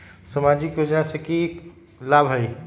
सामाजिक योजना से की की लाभ होई?